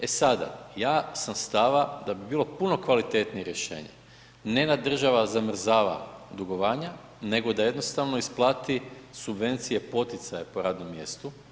E sada, ja sam stava da bi bilo puno kvalitetnije rješenje ne da država zamrzava dugovanja nego da jednostavno isplati subvencije poticaje po radnom mjestu.